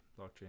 blockchain